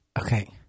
Okay